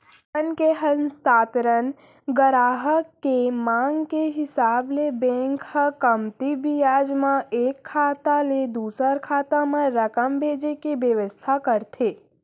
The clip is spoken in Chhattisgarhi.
धन के हस्तांतरन गराहक के मांग के हिसाब ले बेंक ह कमती बियाज म एक खाता ले दूसर खाता म रकम भेजे के बेवस्था करथे